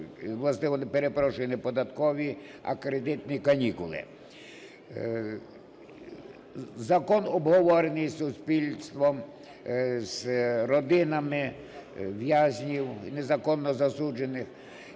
податкові… перепрошую, не податкові, а кредитні канікули. Закон обговорений суспільством з родинами в'язнів, незаконно засуджених.